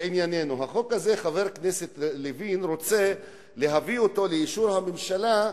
חבר הכנסת לוין רוצה להביא אותו לאישור הממשלה,